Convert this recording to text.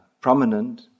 prominent